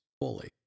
fully